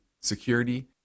security